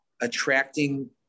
attracting